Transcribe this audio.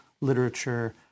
literature